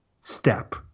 step